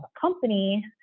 company